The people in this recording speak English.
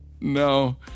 no